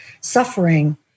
suffering